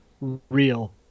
real